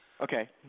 Okay